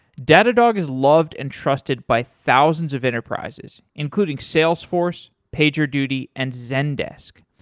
datadog is loved and trusted by thousands of enterprises including salesforce, pagerduty, and zendesk.